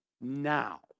now